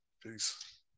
Peace